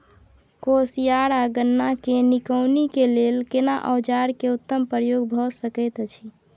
कोसयार आ गन्ना के निकौनी के लेल केना औजार के उत्तम प्रयोग भ सकेत अछि?